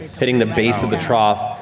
hitting the base of the trough.